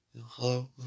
hello